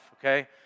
okay